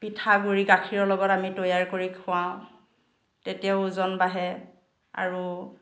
পিঠাগুড়ি গাখীৰৰ লগত আমি তৈয়াৰ কৰি খোৱাওঁ তেতিয়াও ওজন বাঢ়ে আৰু